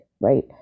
right